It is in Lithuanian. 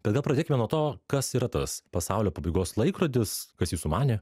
tada pradėkime nuo to kas yra tas pasaulio pabaigos laikrodis kas jį sumanė